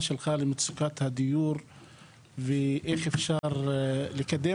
שלך למצוקת הדיור ואיך אפשר לקדם.